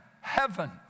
heaven